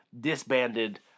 disbanded